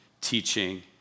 teaching